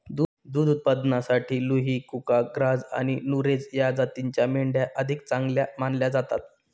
दुध उत्पादनासाठी लुही, कुका, ग्राझ आणि नुरेझ या जातींच्या मेंढ्या अधिक चांगल्या मानल्या जातात